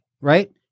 right